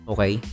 Okay